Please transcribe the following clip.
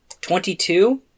Twenty-two